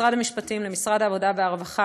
למשרד המשפטים, למשרד העבודה והרווחה,